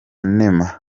neema